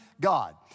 God